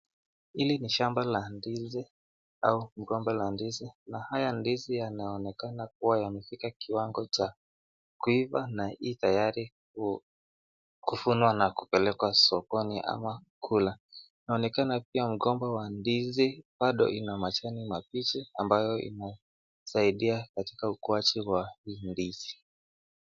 Hizi ni shamba la ndizi au mgomba la ndizi na haya ndizi yanaonekana kuwa yamefika kiwango cha kuiva na itayari kuvunwa na kupelekwa sokoni ama kula. Inaonekana pia mgomba wa ndizi bado ina majani mabichi ambayo inasaidi katika ukuaji wa hii ndizi.